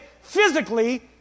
physically